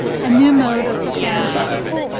a new mode of preparing chocolate.